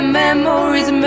memories